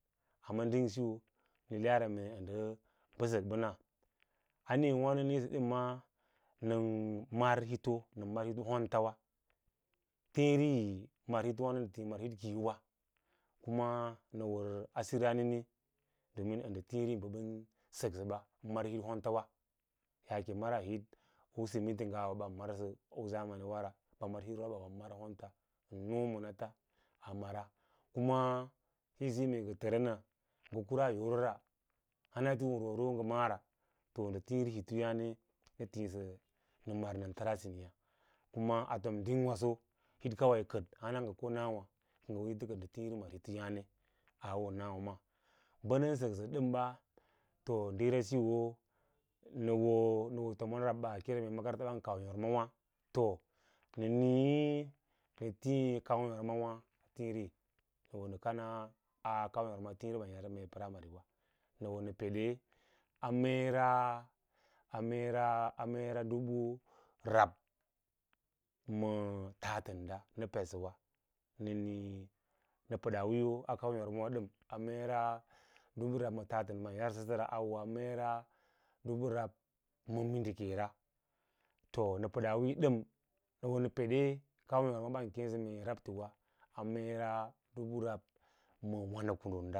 Amma ding siyo na le’ara mee nda ba sakban a niiyo wa ni na niisa dam ma nan ma hito u honta wa hiri ar irito wano na tii ma it kiiyowa kuma nawa r a sirameni domin a nda tiiri ba ban saksa ba hit hon ta wa yaae maras u cement nga ban mar maraz u zamanina ba man u robawa ban mar honts nooma nats a mara kna hitsiyo mee tiwo roro nga mala’ara to nda tire aitorana na tiisa na man nantaras snya kuna a tom ding waso jit kawa kad hana ko nawa a nds tiiri intoyane aw oba saksa dam ba to diira siyo nawo na hoo tomra baa kee mee makaranta a tiiri wa nan ii na tir kan yam wa a tiiri nawo nak ama a-kau yorma a tiiwa u ban yarsa me rimary wa na won ma pede a meera. a meera a meera a meera dubu rab matatan da na pedsawa a nii na pdaa wiiyo da a budu rab ma tatae sara awoa meera dubu rab ma niindikura to na pada wiiyo dam na wona pede kauwo ban keeso mee rabtewa na loto one pede a meera dubu rab ma wanakurum